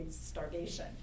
starvation